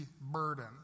burden